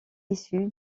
issue